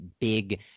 big